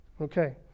Okay